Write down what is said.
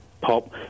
pop